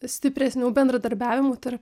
stipresnių bendradarbiavimų tarp